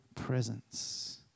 Presence